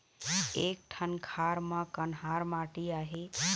एक ठन खार म कन्हार माटी आहे?